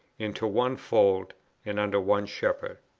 into one fold and under one shepherd.